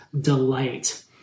delight